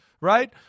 right